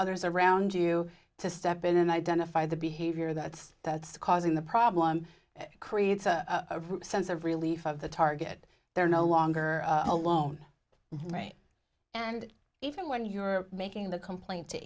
others around you to step in and identify the behavior that's that's causing the problem it creates a sense of relief of the target they're no longer alone right and even when you're making the complaint to